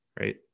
right